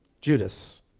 Judas